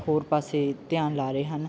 ਹੋਰ ਪਾਸੇ ਧਿਆਨ ਲਾ ਰਹੇ ਹਨ